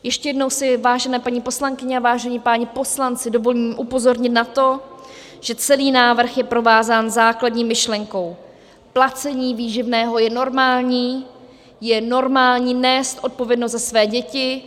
Ještě jednou si, vážené paní poslankyně a vážení páni poslanci, dovolím upozornit na to, že celý návrh je provázán základní myšlenkou: placení výživného je normální, je normální nést odpovědnost za své děti.